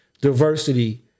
diversity